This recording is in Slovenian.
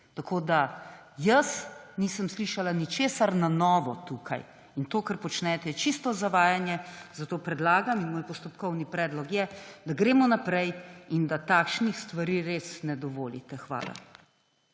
medijih. Jaz nisem slišala ničesar na novo tukaj in to, kar počnete, je čisto zavajanje, zato predlagam in moj postopkovni predlog je, da gremo naprej in da takšnih stvari res ne dovolite. Hvala.